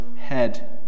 head